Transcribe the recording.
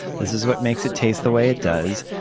this is what makes it taste the way it does.